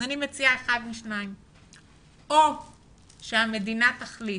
אני מציעה שאו שהמדינה תחליט